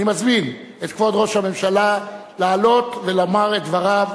אני מזמין את כבוד ראש הממשלה לעלות ולומר את דבריו